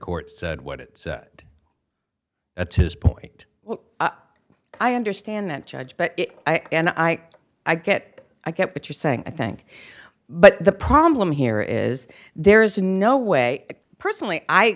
court said what it said at this point well i understand that judge but i and i i get i get that you're saying i think but the problem here is there is no way personally i